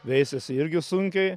veisiasi irgi sunkiai